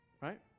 right